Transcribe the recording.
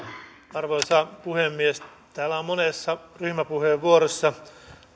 arvoisa puhemies täällä on monessa ryhmäpuheenvuorossa